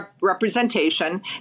representation